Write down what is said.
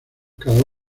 cada